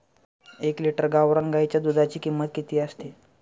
एक लिटर गावरान गाईच्या दुधाची किंमत किती असते?